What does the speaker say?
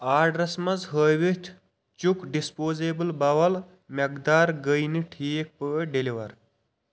آرڈرَس منٛز ہٲوِتھ چُک ڈِسپوزیبُل بول مٮ۪قدار گٔیہِ نہٕ ٹھیٖک پٲٹھۍ ڈیلیور